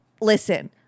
listen